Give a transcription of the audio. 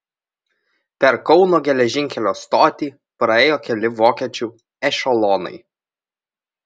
per kauno geležinkelio stotį praėjo keli vokiečių ešelonai